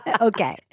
Okay